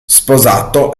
sposato